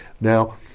Now